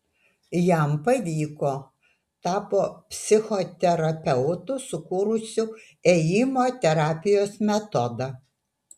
jam pavyko tapo psichoterapeutu sukūrusiu ėjimo terapijos metodą